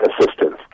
assistance